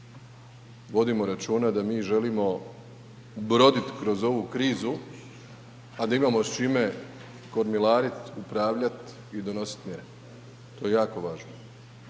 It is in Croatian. Vodimo računa da mi želimo brodit kroz ovu krizu, a da imamo s čime kormilarit, upravljat i donositi mjere, to je jako važno.